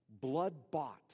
blood-bought